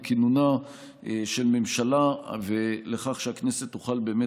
לכינונה של ממשלה ולכך שהכנסת תוכל באמת